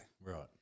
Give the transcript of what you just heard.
Right